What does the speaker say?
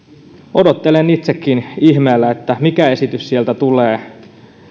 odottelen itsekin ihmeissäni mikä esitys sieltä tulee